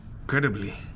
incredibly